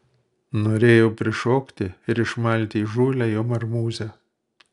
norėjau prišokti ir išmalti įžūlią jo marmūzę